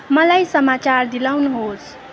मलाई समाचार दिलाउनुहोस्